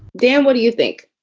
damn, what do you think?